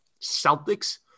celtics